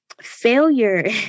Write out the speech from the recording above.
failure